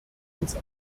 ins